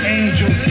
angel